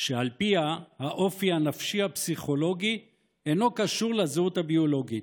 שעל פיה האופי הנפשי הפסיכולוגי אינו קשור לזהות הביולוגית,